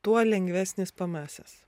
tuo lengvesnis p m s as